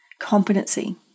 competency